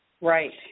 Right